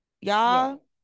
y'all